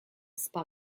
spa